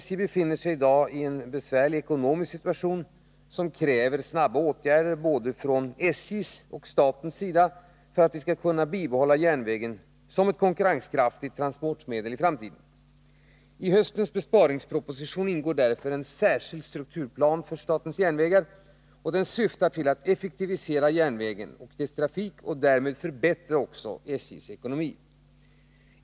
SJ befinner sig i dag i en besvärlig ekonomisk situation som kräver snabba åtgärder både från SJ:s och statens sida för att vi skall kunna bibehålla järnvägen som ett konkurrenskraftigt transportmedel i framtiden. I höstens besparingsproposition ingår därför en särskild strukturplan för SJ, som syftar till att effektivisera järnvägstrafiken och därmed förbättra SJ:s ekonomi.